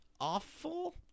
awful